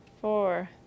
four